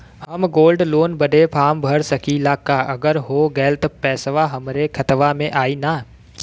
हम gold loan बड़े form भर सकी ला का अगर हो गैल त पेसवा हमरे खतवा में आई ना?